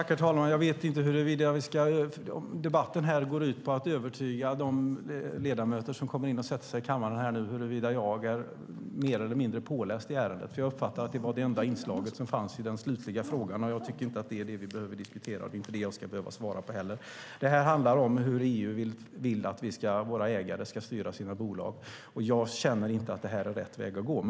Herr talman! Jag vet inte huruvida debatten går ut på att övertyga de ledamöter som kommer in och sätter sig i kammaren huruvida jag är mer eller mindre påläst i ärendet. Jag uppfattar att det var det enda inslag som fanns i den slutliga frågan. Men jag tycker inte att det är det vi behöver diskutera, och det är inte heller det jag ska behöva svara på. Det handlar om hur EU vill att våra ägare ska styra sina bolag. Jag känner inte att detta är rätt väg att gå.